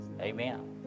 Amen